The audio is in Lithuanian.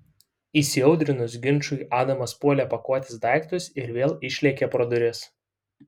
įsiaudrinus ginčui adamas puolė pakuotis daiktų ir vėl išlėkė pro duris